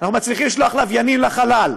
אנחנו מצליחים לשלוח לוויינים לחלל,